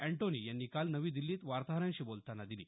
Antonie यांनी काल नवी दिल्लीत वार्ताहरांशी बोलतांना दिली